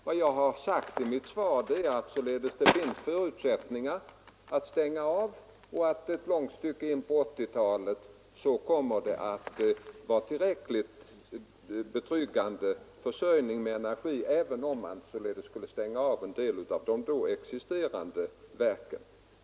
Vad jag sagt i mitt interpellationssvar är att det finns förutsättningar att stänga av kärnkraftverken och att vi långt in på 1980-talet kommer att vara betryggande försörjda med energi, även om vi skulle stänga av en hel del av de då existerande verken.